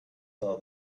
saw